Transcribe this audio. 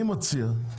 אני מציע.